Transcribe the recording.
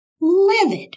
Livid